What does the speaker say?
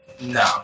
No